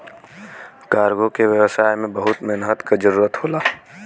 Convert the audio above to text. cargo के व्यवसाय में बहुत मेहनत क जरुरत होला